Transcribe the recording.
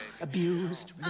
abused